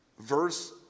Verse